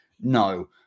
no